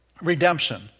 Redemption